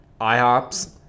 IHOPs